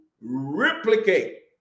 replicate